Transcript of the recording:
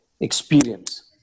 experience